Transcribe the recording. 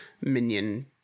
Minion